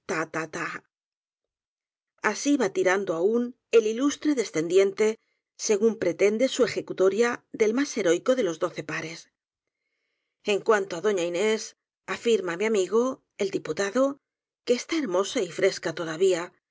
así va tirando aún el ilustre descendiente según pretende su ejecutoria del más heroico de los doce pares en cuanto á doña inés afirma mi amigo el di putado que está hermosa y fresca todavía